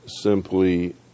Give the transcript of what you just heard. simply